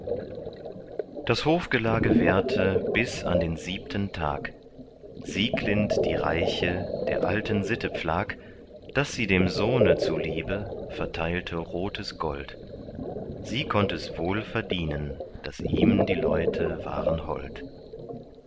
das hofgelage währte bis an den siebten tag sieglind die reiche der alten sitte pflag daß sie dem sohne zuliebe verteilte rotes gold sie konnt es wohl verdienen daß ihm die leute waren hold